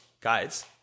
guides